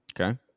Okay